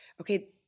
okay